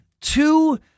Two